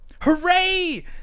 Hooray